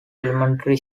elementary